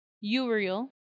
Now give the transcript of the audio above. Uriel